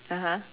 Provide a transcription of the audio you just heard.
(uh huh)